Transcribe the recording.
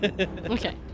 Okay